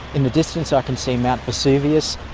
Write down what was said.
in the distance i can see mount vesuvius,